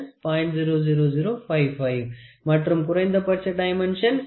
00055 மற்றும் குறைந்தபட்ச டைமென்ஷன் 57